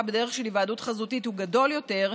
בדרך של היוועדות חזותית הוא גדול יותר,